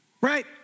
Right